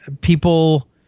people